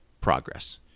progress